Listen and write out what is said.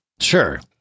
Sure